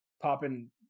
popping